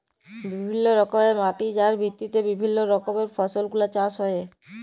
বিভিল্য রকমের মাটি যার ভিত্তিতে বিভিল্য রকমের ফসল গুলা চাষ হ্যয়ে